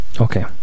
Okay